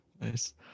Nice